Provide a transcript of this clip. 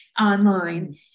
online